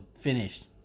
finished